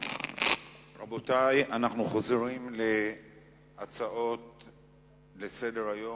רבותי, אנחנו חוזרים להצעות לסדר-היום.